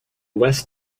west